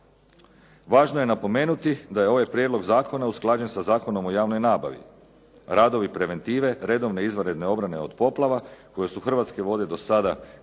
Važno je napomenuti da je ovaj prijedlog zakona usklađen sa Zakonom o javnoj nabavi. Radovi preventive redovne izvanredne obrane od poplava koje su Hrvatske vode do sada direktno